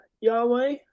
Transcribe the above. Yahweh